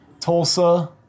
Tulsa